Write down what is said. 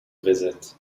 visit